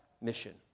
mission